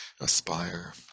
aspire